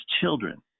children